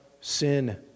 sin